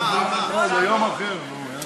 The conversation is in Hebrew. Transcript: דוד, זה, אי-אפשר.